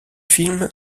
film